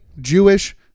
Jewish